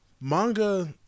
manga